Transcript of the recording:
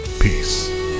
Peace